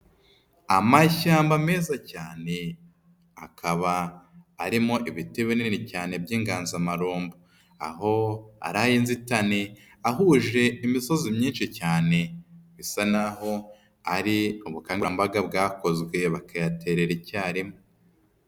Amashyamba meza cyane akaba arimo ibiti binini cyane by'inganzamarumbo. Aho ari ay'inzitane ahuje imisozi myinshi cyane, isa naho ari ubukangurambaga bwakozwe bakayaterera icya rimwe.